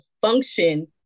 function